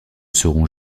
seront